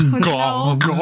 God